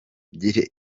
ngire